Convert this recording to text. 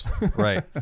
Right